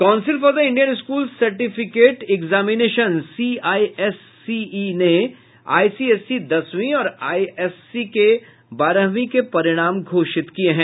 council for the Indian school certificate examination CISCE ने दसवीं और आईएससी के बारहवीं के परिणाम घोषित किये हैं